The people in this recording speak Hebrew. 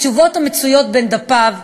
התשובות המצויות בין דפיו,